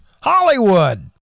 Hollywood